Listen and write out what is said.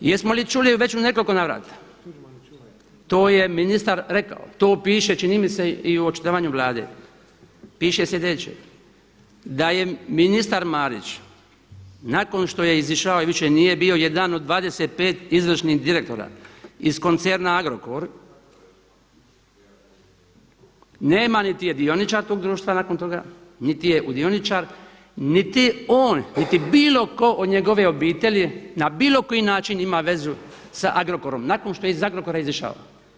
Jesmo li čuli već u nekoliko navrata, to je ministar rekao, to piše čini mi se i u očitovanju Vlade, piše sljedeće da je ministar Marić nakon što je izišao i više nije bio jedan od 25 izvršnih direktora iz koncerna Agrokor, nema niti je dioničar toga društva nakon toga, niti je udioničar niti on, niti bili ko od njegove obitelji na bilo koji način ima vezu sa Agrokorom nakon što je iz Agrokora izišao.